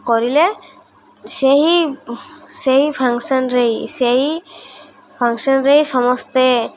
କରିଲେ ସେହି ସେହି ଫଙ୍କସନରେ ସେହି ଫଙ୍କସନରେ ସମସ୍ତେ